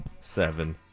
seven